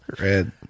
red